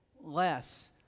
less